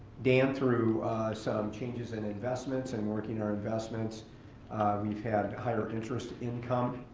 dan threw some changes in investments and working our investments we've had higher interest income,